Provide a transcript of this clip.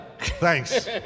Thanks